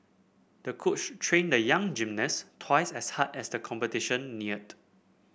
the coach trained the young gymnast twice as hard as the competition neared